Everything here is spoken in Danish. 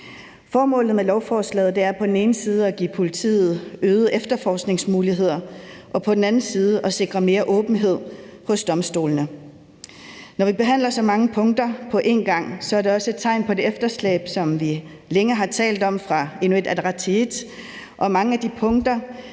Formålet med lovforslaget er på den ene side at give politiet øgede efterforskningsmuligheder og på den anden side at sikre mere åbenhed hos domstolene. Når vi behandler så mange punkter på én gang, er det også et tegn på det efterslæb, som vi længe har talt om fra Inuit Ataqatigiits side, og mange af de punkter,